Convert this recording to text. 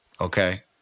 okay